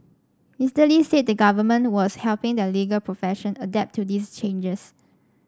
Mister Lee said the Government was helping the legal profession adapt to these changes